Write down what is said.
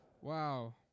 Wow